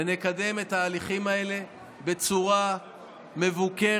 ונקדם את ההליכים האלה בצורה מבוקרת,